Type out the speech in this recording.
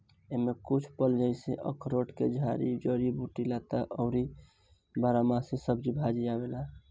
एमे कुछ फल जइसे अखरोट के झाड़ी, जड़ी बूटी, लता अउरी बारहमासी सब्जी भाजी आवेला